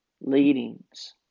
leadings